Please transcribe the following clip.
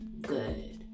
good